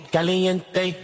Caliente